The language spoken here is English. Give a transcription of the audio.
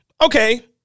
Okay